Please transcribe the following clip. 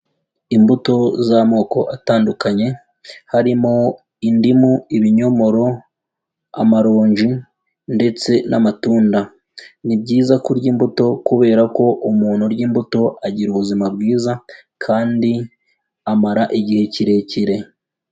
Imbuto z'amoko atandukanye harimo indimu, ibinyomoro, amaronji ndetse n'amatunda. Ni byiza kurya imbuto kubera ko umuntu urya imbuto agira ubuzima bwiza kandi amara igihe kirekire.